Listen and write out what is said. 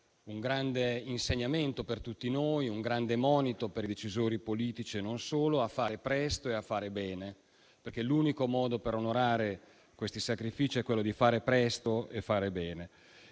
un grande insegnamento per tutti noi, un grande monito per i decisori politici, e non solo, a fare presto e a fare bene. L'unico modo per onorare questi sacrifici, infatti, è quello di fare presto e fare bene.